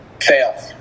Fail